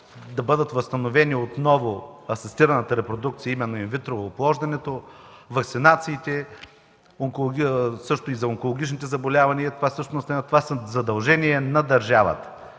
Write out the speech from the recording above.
да бъдат възстановени асистираната репродукция – именно инвитро оплождането, ваксинациите, също и за онкологичните заболявания. Това всъщност са задължения на държавата.